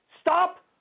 Stop